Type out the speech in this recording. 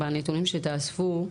בנתונים שתאפסו,